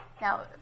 Now